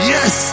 Yes